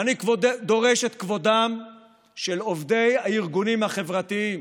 ואני דורש את כבודם של עובדי הארגונים החברתיים.